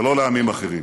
ולא לעמים אחרים,